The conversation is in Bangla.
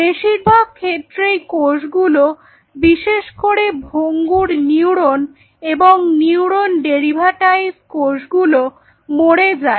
বেশিরভাগ ক্ষেত্রেই কোষগুলো বিশেষ করে ভঙ্গুর নিউরন এবং নিউরন ডেরিভাটাইজ কোষগুলো মরে যায়